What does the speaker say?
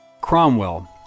Cromwell